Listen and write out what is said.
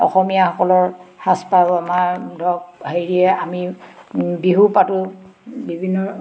অসমীয়াসকলৰ সাজপাৰো আমাৰ ধৰক হেৰিয়ে আমি বিহু পাতোঁ বিভিন্ন